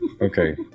okay